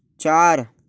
चार